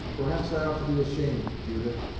perhaps i ought to be ashamed, judith,